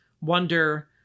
wonder